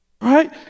Right